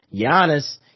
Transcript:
Giannis